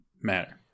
matter